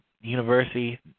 university